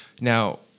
now